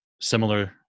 similar